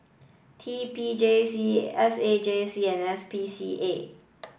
T P J C S A J C and S P C A